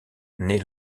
née